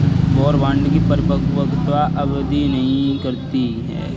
war bond की परिपक्वता अवधि नहीं रहती है